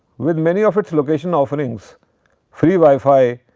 with many of its locations offering free wi-fi,